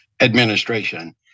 administration